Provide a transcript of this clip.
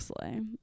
slay